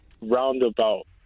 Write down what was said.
roundabout